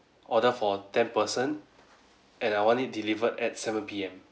order for ten person and I want it delivered at seven P_M